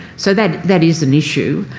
so that that is an issue.